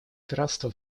пиратства